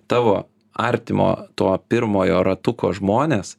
tavo artimo to pirmojo ratuko žmonės